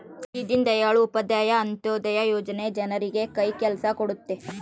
ಈ ದೀನ್ ದಯಾಳ್ ಉಪಾಧ್ಯಾಯ ಅಂತ್ಯೋದಯ ಯೋಜನೆ ಜನರಿಗೆ ಕೈ ಕೆಲ್ಸ ಕೊಡುತ್ತೆ